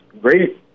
great